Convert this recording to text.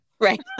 Right